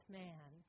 man